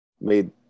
Made